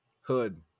hood